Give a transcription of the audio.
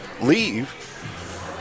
leave